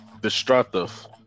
destructive